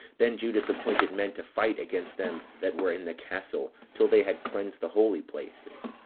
then judas appointed men to fight against them that were in the castle, till they had cleansed the holy places,